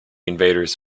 invaders